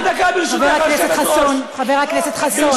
חבר הכנסת חסון, חבר הכנסת חסון.